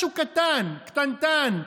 משהו קטן, קטנטן?